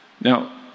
Now